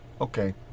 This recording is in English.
okay